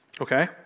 okay